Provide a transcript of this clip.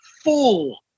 full